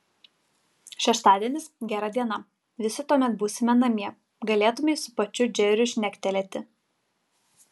šeštadienis gera diena visi tuomet būsime namie galėtumei su pačiu džeriu šnektelėti